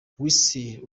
weasel